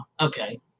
okay